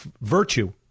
virtue